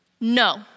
no